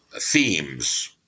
themes